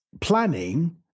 planning